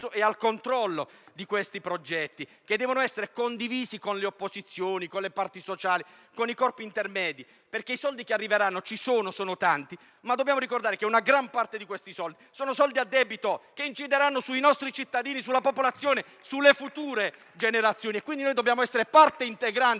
di questi progetti che devono essere condivisi con le opposizioni, con le parti sociali e con i corpi intermedi, perché i soldi che arriveranno ci sono e sono tanti, ma dobbiamo ricordare che una gran parte di essi è a debito e inciderà sui nostri cittadini, sulla popolazione, sulle future generazioni. Quindi, noi dobbiamo essere parte integrante, oggi, del dibattito